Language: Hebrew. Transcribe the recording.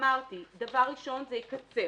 אמרתי דבר ראשון שזה יקצר,